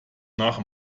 nach